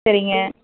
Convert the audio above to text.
சரிங்க